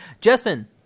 Justin